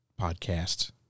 podcast